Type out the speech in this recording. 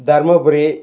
Dharmapuri